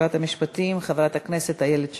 שרת המשפטים חברת הכנסת איילת שקד,